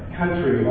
country